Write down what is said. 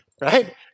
right